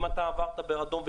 אם עברת באדום,